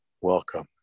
Welcome